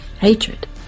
hatred